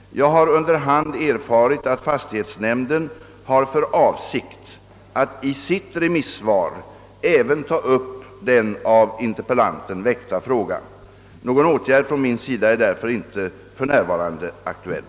Jag har under hand erfarit att fastighetsnämnden har för avsikt att i sitt remissvar även ta upp den av interpellanten väckta frågan. Någon åtgärd från min sida är därför inte för närvarande aktuell.